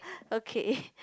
okay